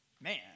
man